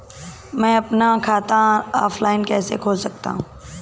मैं अपना खाता ऑफलाइन कैसे खोल सकता हूँ?